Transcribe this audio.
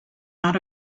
out